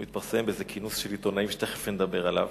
הוא התפרסם בכינוס של עיתונאים שתיכף אדבר עליו.